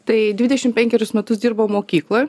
tai dvidešim penkerius metus dirbau mokykloj